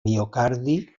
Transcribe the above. miocardi